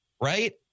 right